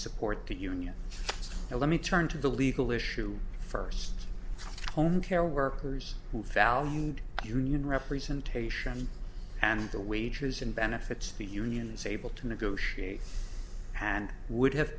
support the union let me turn to the legal issue first home care workers who valued union representation and the wages and benefits the union is able to negotiate hand would have